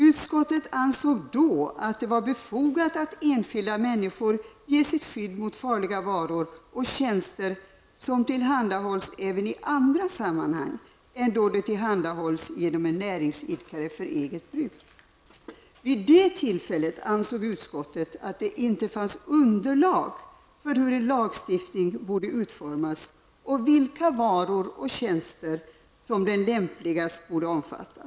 Utskottet ansåg då att det var befogat att enskilda människor ges ett skydd mot farliga varor och tjänster som tillhandahålls även i andra sammanhang än då de tillhandahålls genom en näringsidkare för eget bruk. Vid det tillfället ansåg utskottet att det inte fanns underlag för att bedöma hur en lagstiftning borde utformas och vilka varor och tjänster som den lämpligen borde omfatta.